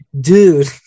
dude